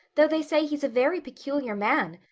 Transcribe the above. though they say he's a very peculiar man.